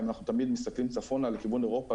אם אנחנו מסתכלים תמיד צפונה לכיוון אירופה